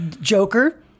Joker